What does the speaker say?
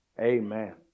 Amen